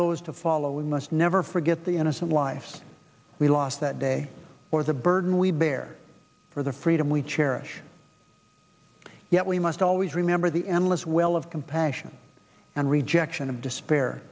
those to follow it must never forget the innocent lives we lost that day was a burden we bear for the freedom we cherish yet we must always remember the endless well of compassion and rejection and despair